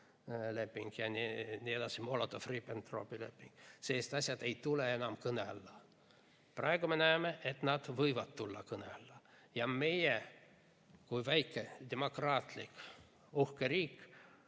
leping, Molotovi-Ribbentropi pakt jne, ei tule enam kõne alla. Praegu me näeme, et need võivad tulla kõne alla. Ja meie kui väike demokraatlik uhke riik